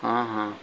ہاں ہاں